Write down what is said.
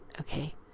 Okay